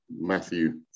Matthew